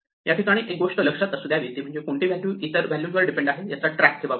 याठिकाणी एक गोष्ट लक्षात असू द्यावी म्हणजे कोणती व्हॅल्यू इतर व्हॅल्यू वर डिपेंड आहे याचा ट्रॅक ठेवावा